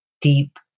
deep